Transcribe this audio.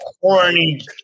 corny